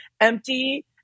empty